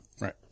Right